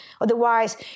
otherwise